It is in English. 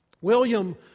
William